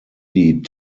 die